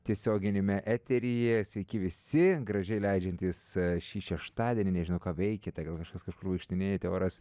tiesioginiame eteryje sveiki visi gražiai leidžiantys šį šeštadienį nežinau ką veikiate gal kažkas kažkur vaikštinėjate oras